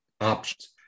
options